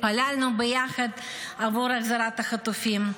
התפללנו ביחד בעבור החזרת החטופים.